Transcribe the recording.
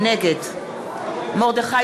נגד מרדכי